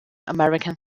american